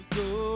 go